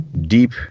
deep